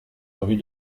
rue